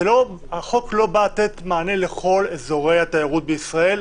החוק לא בא לתת מענה לכל אזורי התיירות בישראל,